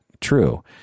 true